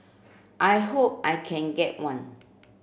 I hope I can get one